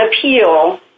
appeal